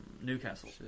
Newcastle